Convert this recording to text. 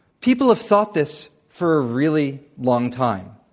people have thought this for a really long time.